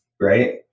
right